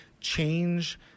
change